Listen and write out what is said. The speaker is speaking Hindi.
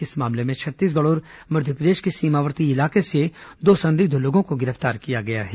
इस मामले में छत्तीसगढ़ और मध्यप्रदेश के सीमावर्ती इलाके से दो संदिग्ध लोगों को गिरफ्तार किया गया है